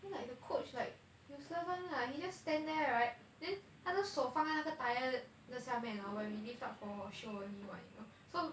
then like the coach like useless [one] lah he just stand there right then 他的手放在那个 tire 的上面 when we lift up for show only what you know so